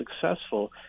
successful